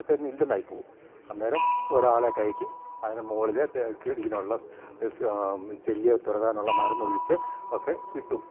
ഇത്തേക്ക് ഇല്ലെന്നായി പോകും അന്നേരം ഒരാളെയൊക്കെ കയറ്റി അതിന് മുകളിൽ ഇതിനുള്ള ചെല്ലിയെ തുരത്താനുള്ള മരുന്നൊഴിച്ചു ഒക്കെ ഇട്ടു